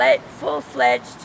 full-fledged